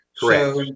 Correct